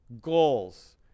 goals